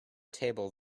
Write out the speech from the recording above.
table